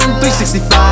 365